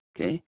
okay